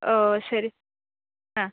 ഓ ശരി ആ